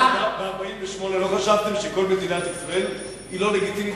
ב-1948 לא חשבתם שכל מדינת ישראל היא לא לגיטימית,